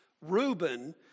Reuben